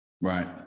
Right